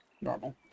Normal